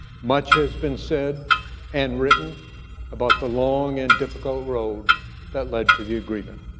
much has been said and written about the long and difficult road that led to the agreement.